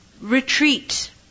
retreat